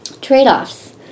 trade-offs